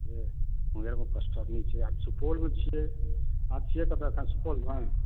मुङ्गेरमे छै आ सुपौलमे छिए अहाँ छिए कतऽ सुपौलमे